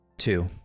Two